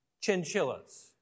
chinchillas